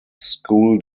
school